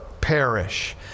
perish